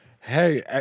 Hey